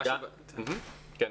יש